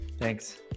Thanks